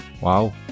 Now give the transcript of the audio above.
wow